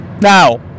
Now